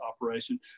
operation